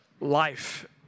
life